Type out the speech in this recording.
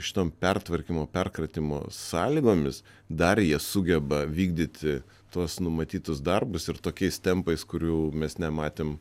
šitom pertvarkymo perkratymo sąlygomis dar jie sugeba vykdyti tuos numatytus darbus ir tokiais tempais kurių mes nematėm